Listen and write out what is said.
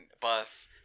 bus